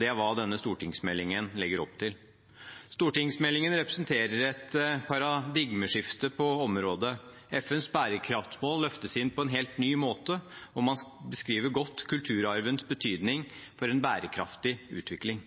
Det er hva denne stortingsmeldingen legger opp til. Stortingsmeldingen representerer et paradigmeskifte på området. FNs bærekraftsmål løftes inn på en helt ny måte, og man beskriver godt kulturarvens betydning for en bærekraftig utvikling.